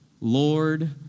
Lord